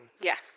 Yes